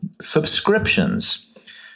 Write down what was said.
subscriptions